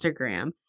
Instagram